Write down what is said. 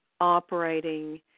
operating